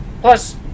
Plus